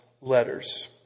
letters